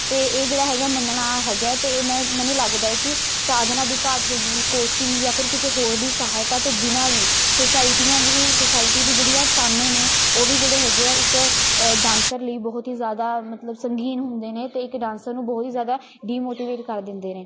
ਅਤੇ ਇਹ ਜਿਹੜਾ ਹੈਗਾ ਮੰਨਣਾ ਹੈਗਾ ਅਤੇ ਇਹ ਮੈਂ ਮੈਨੂੰ ਲੱਗਦਾ ਹੈ ਕਿ ਸਾਧਨਾਂ ਦੀ ਘਾਟ ਹੋ ਗਈ ਕੋਚਿੰਗ ਜਾਂ ਫਿਰ ਕਿਸੇ ਹੋਰ ਦੀ ਸਹਾਇਤਾ ਤੋਂ ਬਿਨਾਂ ਵੀ ਸੁਸਾਇਟੀਆਂ ਵੀ ਸੁਸਾਇਟੀ ਦੀ ਜਿਹੜੀ ਆ ਤਾਅਨੇ ਨੇ ਉਹ ਵੀ ਜਿਹੜੇ ਹੈਗੇ ਆ ਇੱਕ ਅ ਡਾਂਸਰ ਲਈ ਬਹੁਤ ਹੀ ਜ਼ਿਆਦਾ ਮਤਲਬ ਸੰਗੀਨ ਹੁੰਦੇ ਨੇ ਅਤੇ ਇੱਕ ਡਾਂਸਰ ਨੂੰ ਬਹੁਤ ਹੀ ਜ਼ਿਆਦਾ ਡੀਮੋਟੀਵੇਟ ਕਰ ਦਿੰਦੇ ਨੇ